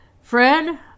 Fred